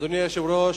אדוני היושב-ראש,